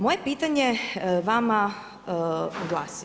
Moje pitanje vama glasi.